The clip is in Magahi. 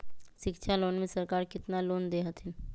शिक्षा लोन में सरकार केतना लोन दे हथिन?